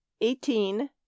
Eighteen